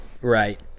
Right